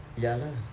ya lah